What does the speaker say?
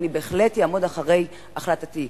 אני בהחלט אעמוד מאחורי החלטתי.